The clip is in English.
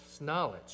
knowledge